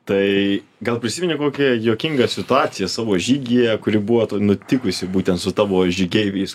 tai gal prisimeni kokią juokingą situaciją savo žygyje kuri buvo nutikusi būtent su tavo žygeiviais